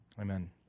Amen